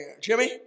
Jimmy